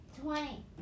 Twenty